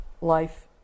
Life